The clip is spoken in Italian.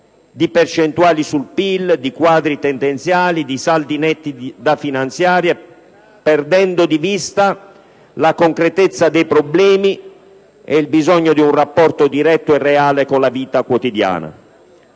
di percentuali sul PIL, di quadri tendenziali, di saldi netti da finanziare, perdendo di vista la concretezza dei problemi e il bisogno di un rapporto diretto e reale con la vita quotidiana.